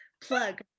plug